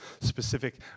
specific